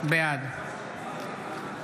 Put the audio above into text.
בעד מאיר כהן,